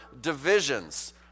divisions